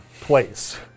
place